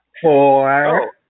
Four